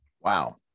wow